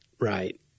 Right